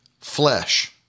flesh